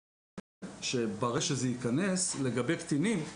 ברגע שזה ייכנס לגבי קטינים,